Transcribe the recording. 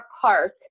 park